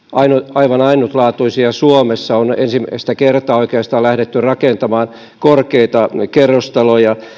aivan ainutlaatuisia suomessa on ensimmäistä kertaa oikeastaan lähdetty rakentamaan korkeita kerrostaloja